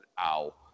ow